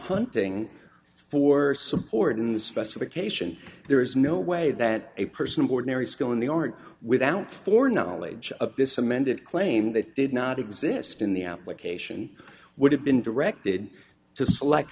hunting for support in the specification there is no way that a person aboard mary schiavo in the art without for knowledge of this amended claim that did not exist in the application would have been directed to select